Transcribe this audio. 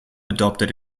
adopted